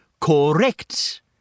Correct